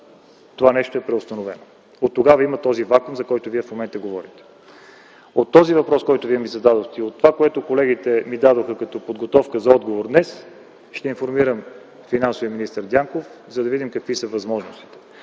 това нещо е преустановено и има този вакуум, за който говорите. За въпроса, който ми зададохте, и за това, което колегите ми подадоха като подготовка за отговора днес, ще информирам финансовия министър Дянков, за да видим какви са възможностите.